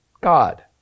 God